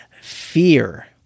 fear